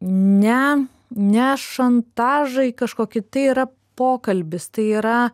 ne ne šantažai kažkokį tai yra pokalbis tai yra